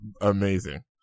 amazing